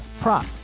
prop